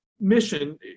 mission